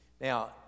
Now